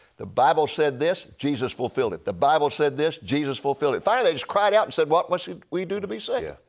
the bible said this jesus fulfilled it. the bible said this jesus fulfilled it. finally they just cried out and said, what must we do to be saved? yeah,